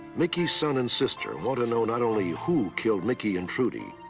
mickey's son and sister want to know not only who killed mickey and trudy,